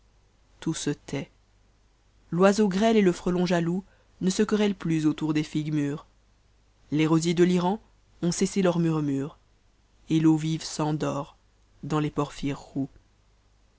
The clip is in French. tout se tait l'oiseau gretc et le frelon jaloux ne se querellent plus autour des ttgues mnres les rosiers de firan ont cessé leurs murmures et l'eau vive s'endort dans es porphyres